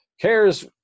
CARES